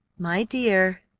my dear,